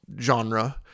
genre